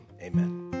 amen